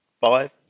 five